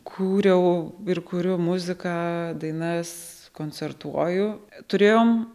kūriau ir kuriu muziką dainas koncertuoju turėjom